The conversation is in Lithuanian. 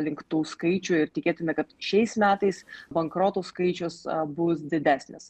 link tų skaičių ir tikėtina kad šiais metais bankrotų skaičius bus didesnis